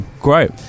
great